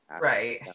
Right